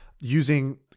using